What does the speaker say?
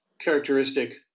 characteristic